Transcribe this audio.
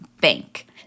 bank